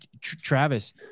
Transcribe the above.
Travis